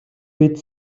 бид